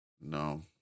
No